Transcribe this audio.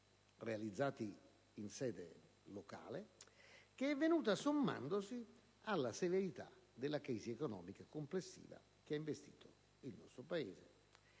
realizzati in sede locale, che è venuta sommandosi alla severità della crisi economica complessiva che ha investito il nostro Paese.